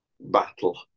battle